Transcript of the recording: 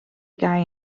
guy